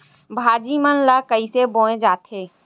भाजी मन ला कइसे बोए जाथे?